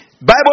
Bible